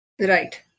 Right